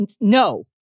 No